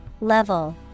Level